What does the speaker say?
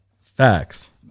Facts